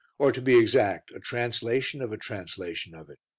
or, to be exact, a translation of a translation of it.